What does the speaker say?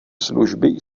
služby